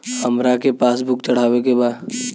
हमरा के पास बुक चढ़ावे के बा?